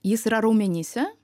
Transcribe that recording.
jis yra raumenyse